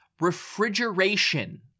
refrigeration